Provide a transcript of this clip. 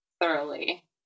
thoroughly